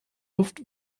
luft